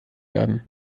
werden